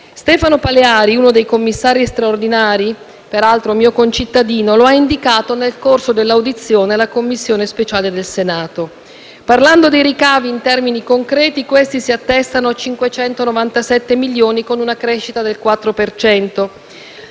Stefano Paleari, uno dei commissari straordinari - peraltro mio concittadino - lo ha indicato nel corso dell'audizione alla Commissione speciale del Senato. Parlando dei ricavi in termini concreti, questi si attestano a 597 milioni di euro, con una crescita del 4